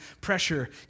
pressure